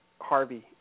Harvey